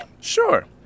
Sure